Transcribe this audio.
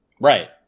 Right